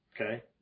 okay